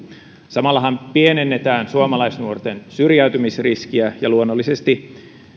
samallahan pienennetään suomalaisnuorten syrjäytymisriskiä ja luonnollisesti